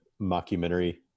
mockumentary